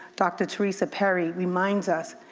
dr. theresa perry reminds us,